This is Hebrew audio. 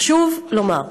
חשוב לומר,